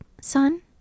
son